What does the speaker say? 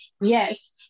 Yes